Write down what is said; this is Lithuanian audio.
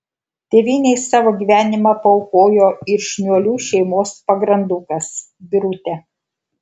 tėvynei savo gyvenimą paaukojo ir šniuolių šeimos pagrandukas birutė